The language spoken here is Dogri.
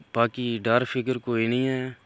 बाकी डर फिक्र कोई नेईं ऐ